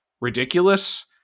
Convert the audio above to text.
ridiculous